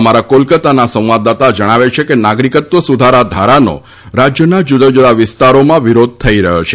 અમારા કોલકતાના સંવાદદાતા જણાવે છે કે નાગરિકત્વ સુધારા ધારાનો રાજ્યના જુદાજુદા વિસ્તારોમાં વિરોધ થઇ રહ્યો છે